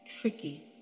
tricky